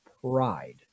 pride